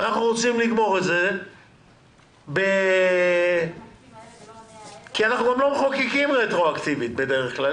אנחנו רוצים לגמור את זה כי אנחנו גם לא מחוקקים רטרואקטיבית בדרך כלל.